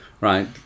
right